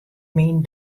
myn